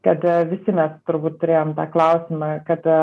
tad visi mes turbūt turėjom tą klausimą kad